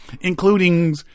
including